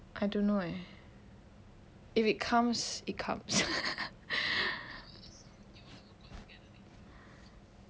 I don't know eh if it comes it comes